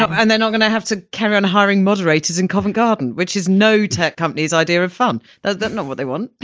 and they're not gonna have to carry on hiring moderators in covent garden, which is no tech companies idea of fun. that's not not what they want